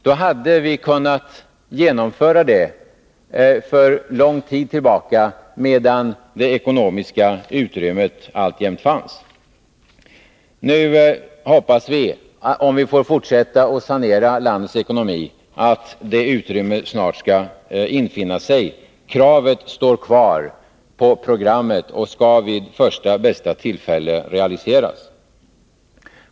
Då hade vi kunnat ha en sådan försäkring genomförd sedan lång tid tillbaka, medan det ekonomiska utrymmet alltjämt fanns. Nu hoppas vi, om vi får fortsätta att sanera landets ekonomi, att det utrymmet snart skall infinna sig. Kravet står kvar på programmet och skall vid första bästa tillfälle realiseras.